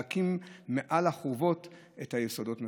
להקים מעל החורבות את היסודות מחדש.